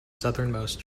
southernmost